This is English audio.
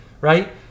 right